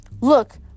Look